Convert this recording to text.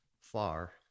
far